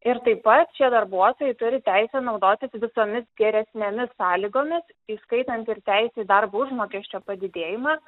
ir taip pat šie darbuotojai turi teisę naudotis visomis geresnėmis sąlygomis įskaitant ir teisę į darbo užmokesčio padidėjimą